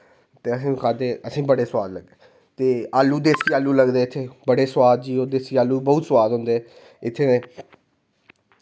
ते असें बी खाद्धे ते असेंगी बड़े सोआद लग्गे ते आलू देसी आलू लगदे इत्थें बड़े सोआद जे देसी आलू बड़े सोआद होंदे इत्थें